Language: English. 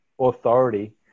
authority